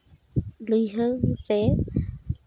ᱞᱩᱭᱦᱟᱹᱨᱮ